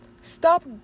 Stop